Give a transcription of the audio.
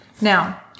Now